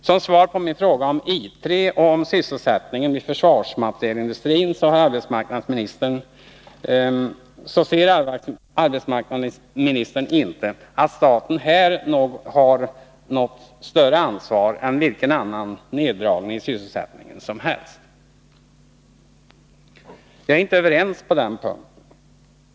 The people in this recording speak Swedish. Som svar på mina frågor om I 3 och om sysselsättningen vid försvarsmaterielindustrin så ser arbetsmarknadsministern inte att staten här har något större ansvar än för vilken annan neddragning i sysselsättningen som helst. Jagärinte överens med honom på den punkten.